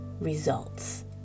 results